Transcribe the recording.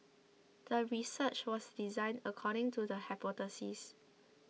the research was designed according to the hypothesis